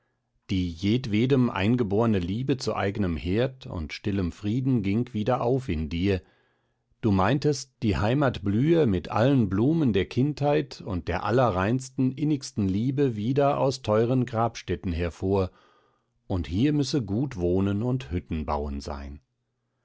die jedwedem eingeborne liebe zu eignem herd und stillem frieden ging wieder auf in dir du meintest die heimat blühe mit allen blumen der kindheit und der allerreinsten innigsten liebe wieder aus teuren grabstätten hervor und hier müsse gut wohnen und hütten bauen sein